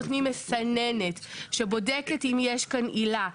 נותנים מסננת שבודקת אם יש כאן עילה לגיטימית,